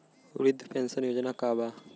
वृद्ध पेंशन योजना का बा?